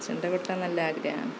ചെണ്ട കൊട്ടാന് നല്ല ആഗ്രഹമാണ്